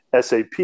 SAP